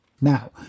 now